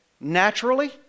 naturally